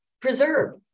preserve